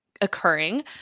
occurring